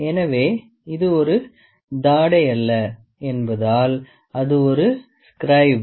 எனவே இது ஒரு தாடை அல்ல என்பதால் அது ஒரு ஸ்க்ரைபு